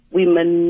women